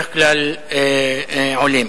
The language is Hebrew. עולים.